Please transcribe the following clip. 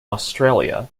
australia